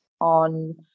on